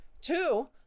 Two